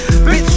Bitch